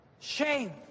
shame